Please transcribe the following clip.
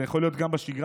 זה יכול להיום גם בשגרה,